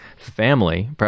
family